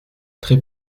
très